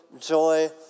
joy